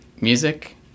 music